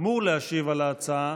אמור להשיב על ההצעה